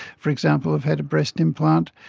for example, have had a breast implant,